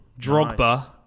Drogba